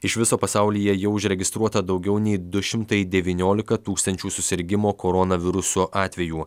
iš viso pasaulyje jau užregistruota daugiau nei du šimtai devyniolika tūkstančių susirgimų koronavirusu atvejų